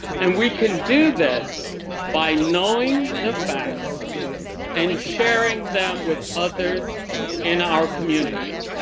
and we can do this by knowing the facts and sharing them with others in our community.